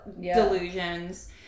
delusions